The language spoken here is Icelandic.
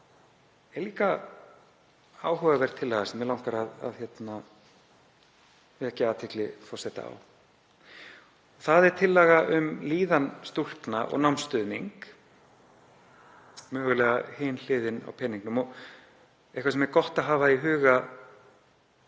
er líka áhugaverð tillaga sem mig langar að vekja athygli forseta á. Það er tillaga um líðan stúlkna og námsstuðning, mögulega hin hliðin á peningnum, eitthvað sem er gott að hafa í huga